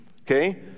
okay